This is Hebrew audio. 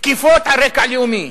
תקיפות על רקע לאומי,